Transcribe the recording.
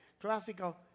classical